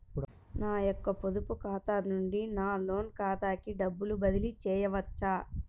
నా యొక్క పొదుపు ఖాతా నుండి నా లోన్ ఖాతాకి డబ్బులు బదిలీ చేయవచ్చా?